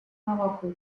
marokko